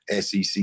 SEC